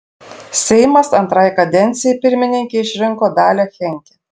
seimas antrai kadencijai pirmininke išrinko dalią henke